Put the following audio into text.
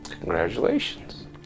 congratulations